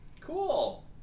Cool